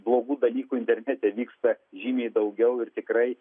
blogų dalykų internete vyksta žymiai daugiau ir tikrai